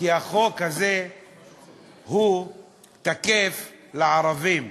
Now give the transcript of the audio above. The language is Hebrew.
כי החוק הזה הוא תקף לערבים,